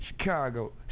Chicago